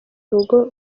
urugo